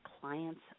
Clients